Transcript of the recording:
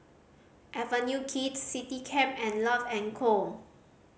Avenue Kids Citycab and Love and Co